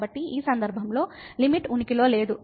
కాబట్టి ఈ సందర్భంలో లిమిట్ ఉనికిలో లేదు